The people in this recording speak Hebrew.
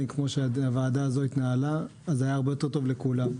כפי שהוועדה הזאת התנהלה היה הרבה יותר טוב לכולם.